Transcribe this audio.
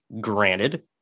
Granted